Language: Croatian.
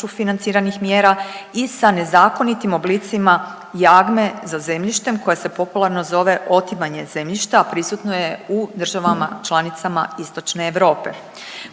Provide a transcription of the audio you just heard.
financiranih mjera i sa nezakonitim oblicima jagme za zemljištem koje se popularno zove otimanje zemljišta, a prisutno je u državama članicama Istočne Europe.